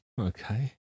Okay